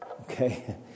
Okay